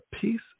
peace